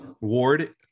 Ward